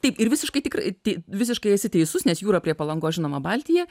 taip ir visiškai tikrai tai visiškai esi teisus nes jūra prie palangos žinoma baltija